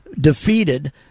Defeated